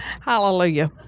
Hallelujah